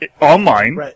online